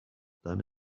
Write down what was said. done